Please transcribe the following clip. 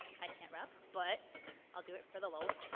i can't rap, but i'll do it for the lols.